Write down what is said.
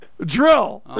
Drill